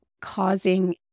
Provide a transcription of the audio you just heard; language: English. causing